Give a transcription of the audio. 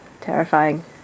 terrifying